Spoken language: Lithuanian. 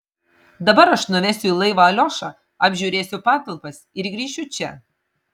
dabar aš nuvesiu į laivą aliošą apžiūrėsiu patalpas ir grįšiu čia